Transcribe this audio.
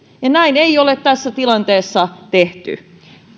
näin ei ole tässä tilanteessa tehty